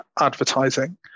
advertising